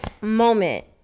moment